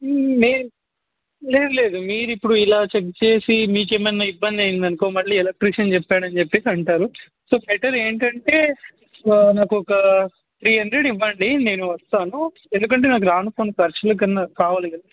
మీరు లేదు లేదు మీరు ఇప్పుడు ఇలా చెక్ చేసి మీకు ఏమన్నా ఇబ్బంది అయిందనుకో మళ్ళీ ఎలక్ట్రీషియన్ చెప్పాడు అని చెప్పి అంటారు సో బెటర్ ఏంటంటే నాకు ఒక త్రీ హండ్రెడ్ ఇవ్వండి నేను వస్తాను ఎందుకంటే నాకు రాను పోను ఖర్చులకు అన్నా కావాలి కదా